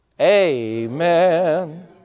Amen